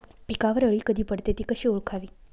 पिकावर अळी कधी पडते, ति कशी ओळखावी?